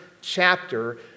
chapter